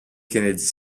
kennedy